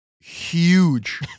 huge